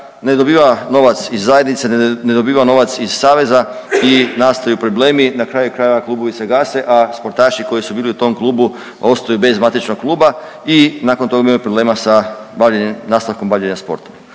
ne dobiva novac iz zajednice, ne dobiva novac iz saveza i nastaju problemi, na kraju krajeva klubovi se gase, a sportaši koji su bili u tom klubu ostaju bez matičnog kluba i nakon toga imaju problema sa bavljenjem, nastavkom bavljenja sportom.